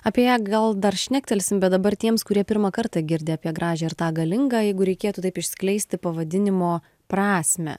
apie ją gal dar šnektelsim bet dabar tiems kurie pirmą kartą girdi apie gražią ir tą galingą jeigu reikėtų taip išskleisti pavadinimo prasmę